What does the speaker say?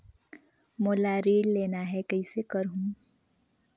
मोला ऋण लेना ह, कइसे करहुँ?